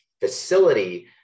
facility